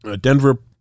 Denver